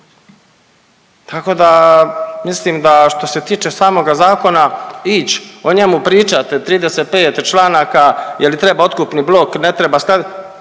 Tako da, mislim da, što se tiče samoga zakona, ić o njemu pročita 35 članaka, je li treba otkupni blok, ne treba,